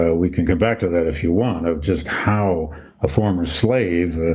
ah we can come back to that if you want of just how a former slave, ah